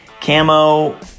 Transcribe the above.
camo